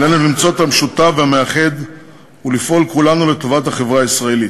עלינו למצוא את המשותף והמאחד ולפעול כולנו לטובת החברה הישראלית.